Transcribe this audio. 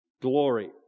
glory